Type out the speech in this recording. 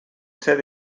ser